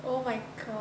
oh my god